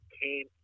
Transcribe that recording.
came